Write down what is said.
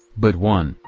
but one,